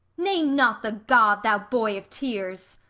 name not the god, thou boy of tears